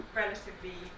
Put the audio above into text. relatively